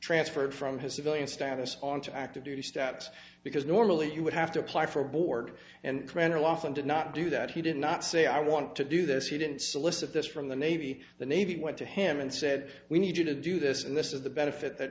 transferred from his civilian status on to active duty status because normally you would have to apply for a board and crennel often did not do that he did not say i want to do this he didn't solicit this from the navy the navy went to him and said we need you to do this and this is the benefit that